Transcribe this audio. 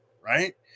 right